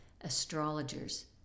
astrologers